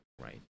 right